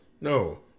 no